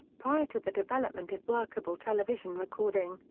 prior to the development of workable television recording,